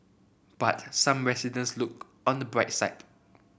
but some residents look on the bright side